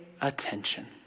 attention